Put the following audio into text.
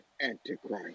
Antichrist